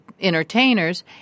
entertainers